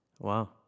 Wow